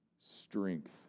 strength